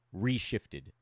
reshifted